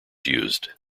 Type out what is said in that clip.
used